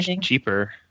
cheaper